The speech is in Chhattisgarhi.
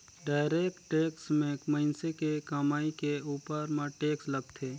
डायरेक्ट टेक्स में मइनसे के कमई के उपर म टेक्स लगथे